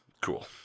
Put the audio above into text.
Cool